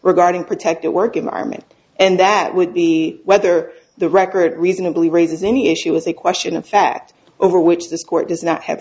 regarding protected work environment and that would be whether the record reasonably raises any issue with a question of fact over which this court does not have